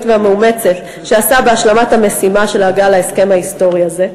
והמאומצת שעשה בהשלמת המשימה של ההגעה להסכם ההיסטורי הזה.